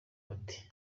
bati